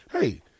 hey